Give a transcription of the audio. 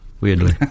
Weirdly